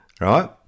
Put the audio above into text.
right